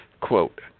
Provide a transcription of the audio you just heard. Quote